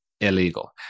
Illegal